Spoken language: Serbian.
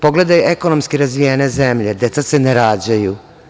Pogledajte ekonomski razvijene zemlje, deca se ne rađaju.